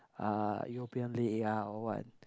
uh European league ah or what